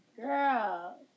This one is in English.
girl